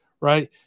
right